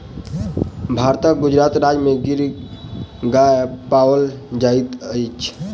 भारतक गुजरात राज्य में गिर गाय पाओल जाइत अछि